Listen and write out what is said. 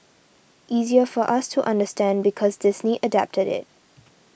easier for us to understand because Disney adapted it